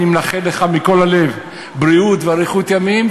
אני מאחל לך מכל הלב בריאות ואריכות ימים,